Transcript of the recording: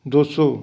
ਦੋ ਸੌ